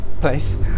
place